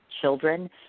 children